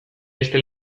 beste